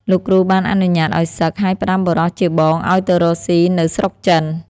លោកគ្រូបានអនុញ្ញាតឱ្យសឹក ហើយផ្ដាំបុរសជាបងឱ្យទៅរកស៊ីនៅស្រុកចិន។